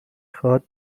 خواد